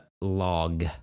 log